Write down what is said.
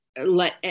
let